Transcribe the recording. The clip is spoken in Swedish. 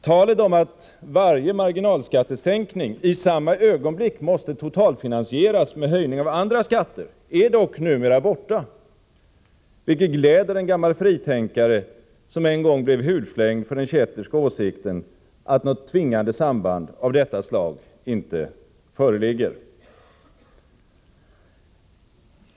Talet om att varje marginalskattesänkning i samma ögonblick måste totalfinansieras med höjning av andra skatter är dock numera borta, vilket gläder en gammal fritänkare som en gång blev hudflängd för den kätterska åsikten att något tvingande samband av detta slag inte föreligger.